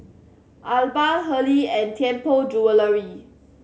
Alba Hurley and Tianpo Jewellery